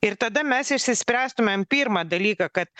ir tada mes išsispręstumėm pirmą dalyką kad